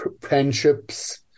Friendships